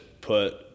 put